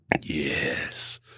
Yes